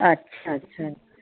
अच्छा अच्छा